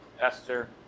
Esther